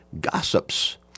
gossips